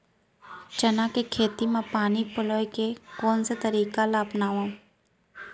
चना के खेती म पानी पलोय के कोन से तरीका ला अपनावव?